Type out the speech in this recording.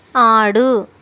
ఆడు